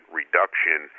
reduction